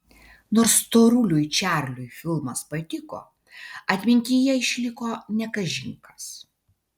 nors storuliui čarliui filmas patiko atmintyje išliko ne kažin kas